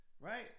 right